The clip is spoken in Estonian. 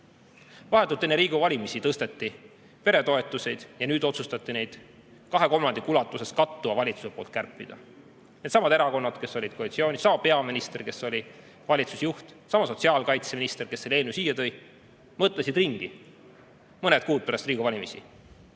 Vahetult enne Riigikogu valimisi tõsteti peretoetusi ja nüüd otsustas neid kahe kolmandiku ulatuses kattuv valitsus kärpida. Needsamad erakonnad, kes olid koalitsioonis, sama peaminister, kes oli valitsusjuht, sama sotsiaalkaitseminister, kes selle eelnõu siia tõi, mõtlesid ringi mõned kuud pärast Riigikogu valimisi.